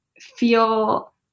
feel